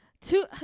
Two